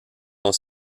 dont